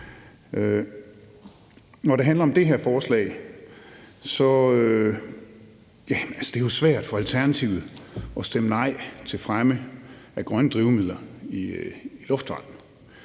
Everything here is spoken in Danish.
Når det handler om det her forslag, vil jeg sige, at det jo er svært for Alternativet at stemme nej til fremme af grønne drivmidler i luftfarten.